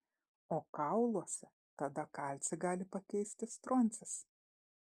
o kauluose tada kalcį gali pakeisti stroncis